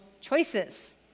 choices